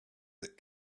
that